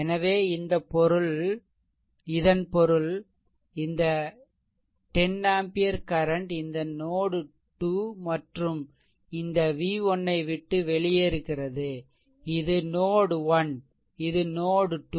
எனவே இதன் பொருள் இந்த 10 ஆம்பியர் கரண்ட் இந்த நோட் 2 மற்றும் இந்த V1 ஐவிட்டு வெளியேறுகிறது இதுநோட் 1இது நோட் 2